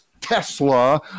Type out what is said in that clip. Tesla